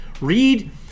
read